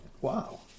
Wow